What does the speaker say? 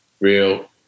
real